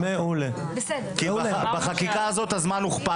הזמן הוכפל הרי בחקיקה הזו.